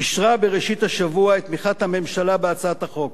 אישרה בראשית השבוע את תמיכת הממשלה בהצעת החוק.